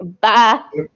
Bye